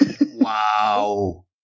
Wow